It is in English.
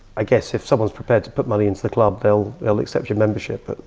i guess if someone's prepared to put money into the club, they'll they'll accept your membership. but,